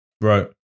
Right